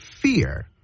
fear